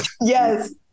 yes